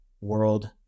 world